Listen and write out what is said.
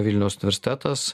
vilniaus universitetas